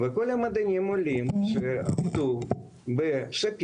וכל המדענים עולים שעבדו בשפירא,